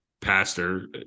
pastor